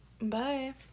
Bye